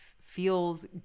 feels